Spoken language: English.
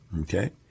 Okay